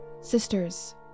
Sisters